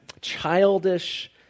childish